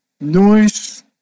Noise